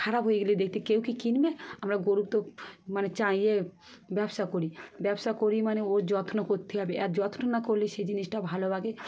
খারাপ হয়ে গেলে দেখতে কেউ কী কিনবে আমরা গরু তো মানে চাইয়ে ব্যবসা করি ব্যবসা করি মানে ওর যত্ন করতে হবে আর যত্ন না করলে সে জিনিসটা ভালো ভাবে